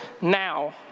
now